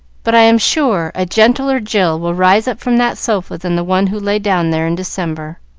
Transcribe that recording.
but i am sure a gentler jill will rise up from that sofa than the one who lay down there in december.